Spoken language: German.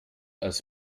als